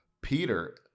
Peter